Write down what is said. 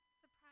surprise